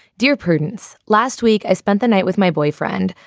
dear prudence? last week, i spent the night with my boyfriend,